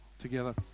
together